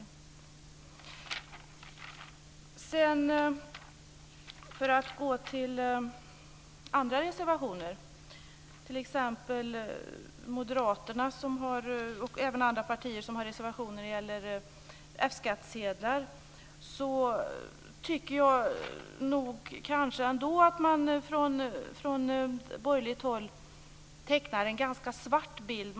Jag vill också säga några ord om de andra reservationerna. Moderaterna och även andra partier har avgivit reservationer om F-skattesedlar. Jag tycker att man från borgerligt håll här tecknar en ganska mörk bild.